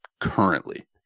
currently